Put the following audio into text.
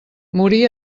morí